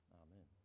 amen